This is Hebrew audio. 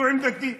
זו עמדתי.